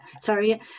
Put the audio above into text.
sorry